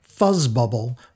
Fuzzbubble